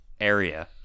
area